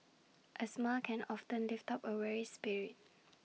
A smile can often lift up A weary spirit